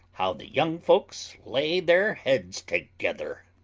how the young folks lay their heads together!